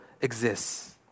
exists